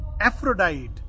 Aphrodite